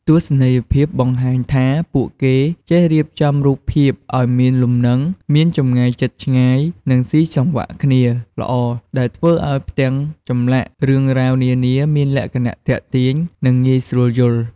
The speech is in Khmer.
ទស្សនីយភាពបង្ហាញថា ពួកគេចេះរៀបចំរូបភាពឱ្យមានលំនឹង មានចម្ងាយជិតឆ្ងាយ និងស៊ីសង្វាក់គ្នាល្អ ដែលធ្វើឱ្យផ្ទាំងចម្លាក់រឿងរ៉ាវនានាមានលក្ខណៈទាក់ទាញ និងងាយស្រួលយល់។